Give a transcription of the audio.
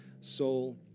soul